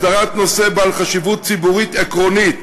הסדרת נושא בעל חשיבות ציבורית עקרונית,